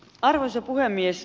arvoisa puhemies